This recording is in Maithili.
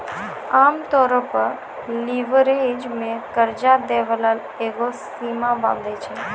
आमतौरो पे लीवरेज मे कर्जा दै बाला एगो सीमा बाँधै छै